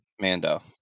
Mando